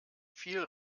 viel